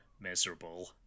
miserable